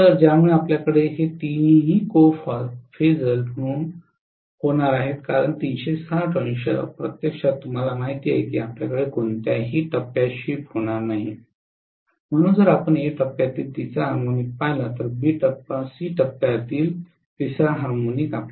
तर ज्यामुळे आपल्याकडे हे तीनही को फासल म्हणून होणार आहेत कारण 3600 प्रत्यक्षात तुम्हाला माहित आहे की आपल्याकडे कोणत्याही टप्प्यात शिफ्ट होणार नाही म्हणून जर आपण ए टप्प्यातील तिसरा हार्मोनिक पाहिला तर बी टप्पा सी टप्प्यातील तिसरा हार्मोनिक